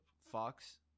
Fox